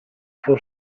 for